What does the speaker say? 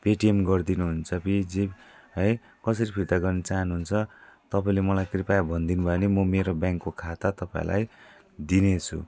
Paytm गरिदिनु हुन्छ कि है कसरी फिर्ता गर्न चाहनु हुन्छ तपाईँले मलाई कृपया भनिदिनु भयो भने म मेरो ब्याङ्कको खाता तपाईँलाई दिने छु